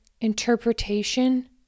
interpretation